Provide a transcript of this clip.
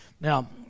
Now